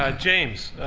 ah james,